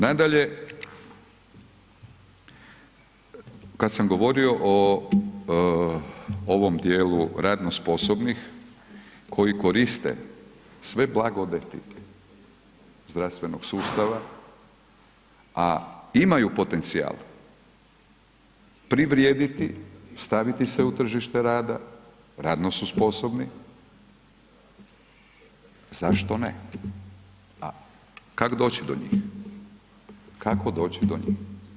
Nadalje, kad sam govorio o ovom dijelu radno sposobnih koji koriste sve blagodati zdravstvenog sustava, a imaju potencijala privrijediti, staviti se u tržište rada, radno su sposobni, zašto ne, a kak doći do njih, kako doći do njih?